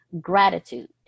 gratitude